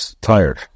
tired